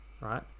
Right